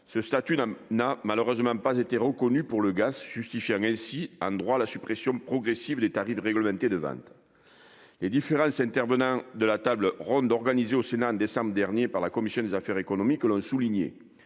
ce statut n'a malheureusement pas été reconnu pour le gaz, justifiant ainsi en droit la suppression progressive des tarifs réglementés de vente. Les différents intervenants de la table ronde organisée au Sénat au mois de décembre dernier par la commission des affaires économiques l'ont souligné